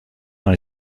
dans